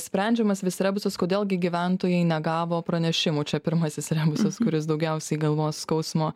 sprendžiamas vis rebusas kodėl gi gyventojai negavo pranešimų čia pirmasis rebusas kuris daugiausiai galvos skausmo